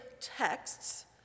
texts